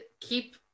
keep